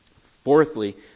Fourthly